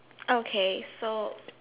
okay so